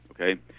okay